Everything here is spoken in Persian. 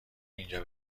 اینجا